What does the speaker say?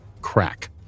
crack